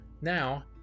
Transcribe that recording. Now